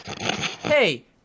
hey